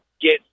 get